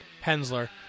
Hensler